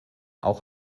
auch